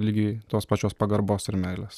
lygiai tos pačios pagarbos ir meilės